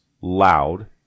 loud